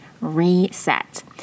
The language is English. reset